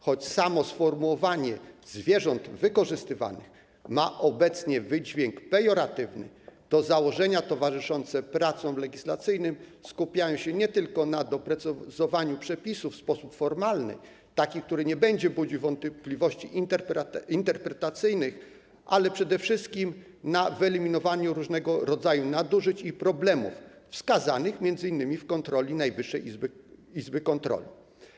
Choć samo sformułowanie „zwierzęta wykorzystywane” ma obecnie wydźwięk pejoratywny, to założenia towarzyszące pracom legislacyjnym skupiają się nie tylko na doprecyzowaniu przepisów w sposób formalny, taki, który nie będzie budził wątpliwości interpretacyjnych, ale przede wszystkim na wyeliminowaniu różnego rodzaju nadużyć i problemów wskazanych m.in. w ramach kontroli Najwyższej Izby Kontroli.